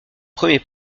premier